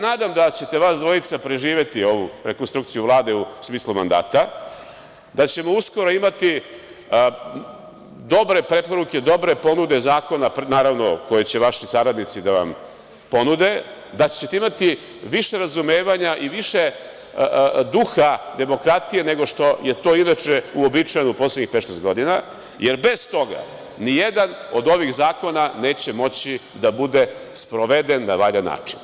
Nadam se da ćete vas dvojica preživeti ovu rekonstrukciju Vlade u smislu mandata, da ćemo uskoro imati dobre preporuke, dobre ponude zakona, naravno, koje će vaši saradnici da vam ponude, da ćete imati više razumevanja i više duha, demokratije nego što je to inače uobičajeno u poslednjih pet, šest godina, jer bez toga nijedan od ovih zakona neće moći da bude sproveden na valjan način.